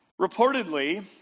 Reportedly